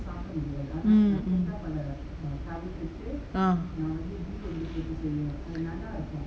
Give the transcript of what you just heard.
mm mm ah